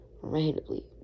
Randomly